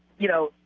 you know,